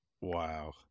Wow